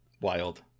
Wild